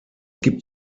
gibt